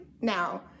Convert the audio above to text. now